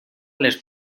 les